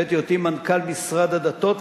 בעת היותי מנכ"ל משרד הדתות,